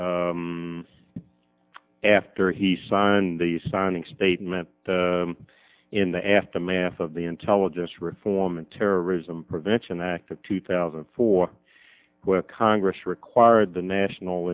do after he signed the signing statement in the aftermath of the intelligence reform and terrorism prevention act of two thousand and four where congress required the national